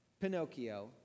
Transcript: Pinocchio